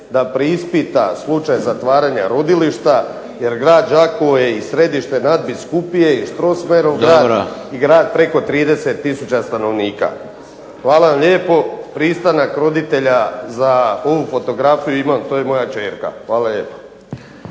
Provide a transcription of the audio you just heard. da preispita slučaj zatvaranja rodilišta, jer grad Đakovo je i središte nadbiskupije, i Strossmayerov grad i grad preko 30000 stanovnika. Hvala vam lijepo. Pristanak roditelja za ovu fotografiju imam. To je moja kćerka. **Šeks,